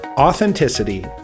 Authenticity